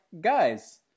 guys